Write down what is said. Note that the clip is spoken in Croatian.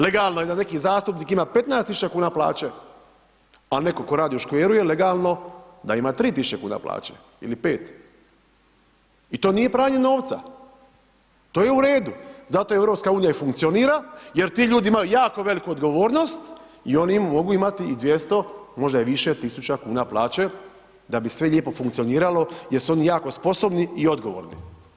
Legalno je neki zastupnik ima 15.000 kuna plaće, a neko ko radi u škveru je legalno da ima 3.000 kuna plaće ili 5.000 i to nije pranje novca, to je u redu, zato EU i funkcionira jer ti ljudi imaju jako veliku odgovornost i oni mogu imati i 200 možda i više tisuća kuna plaće da bi sve lijepo funkcioniralo jer su oni jako sposobni i odgovorni.